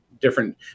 different